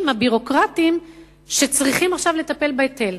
הביורוקרטיים שצריכים עכשיו לטפל בהיטל.